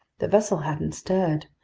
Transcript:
the vessel hadn't stirred,